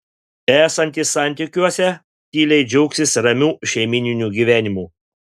esantys santykiuose tyliai džiaugsis ramiu šeimyniniu gyvenimu